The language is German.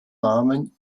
namen